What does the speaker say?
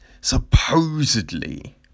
supposedly